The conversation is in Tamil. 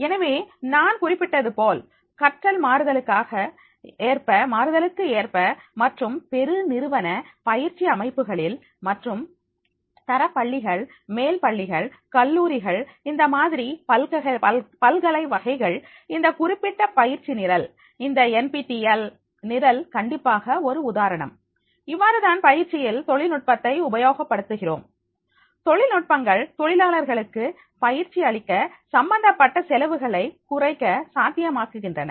எனவே நான் குறிப்பிட்டதுபோல் கற்றல் மாறுதலுக்கு ஏற்ப மற்றும் பெருநிறுவன பயிற்சி அமைப்புகளில் மற்றும் தர பள்ளிகள் மேல் பள்ளிகள் கல்லூரிகள் இந்த மாதிரி பல்கலை வகைகள் இந்த குறிப்பிட்ட பயிற்சி நிரல் இந்த எண் பி டி எல் நிரல் கண்டிப்பாக ஒரு உதாரணம் இவ்வாறுதான் பயிற்சியில் தொழில்நுட்பத்தை உபயோகப்படுத்துகிறோம் தொழில்நுட்பங்கள் தொழிலாளர்களுக்கு பயிற்சி அளிக்க சம்பந்தப்பட்ட செலவுகளை குறைக்க சாத்தியமாக்குகின்றன